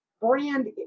brand